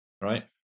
right